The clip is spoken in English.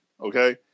Okay